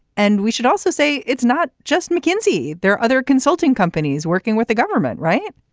and we should also say it's not just mckinsey. there are other consulting companies working with the government, right?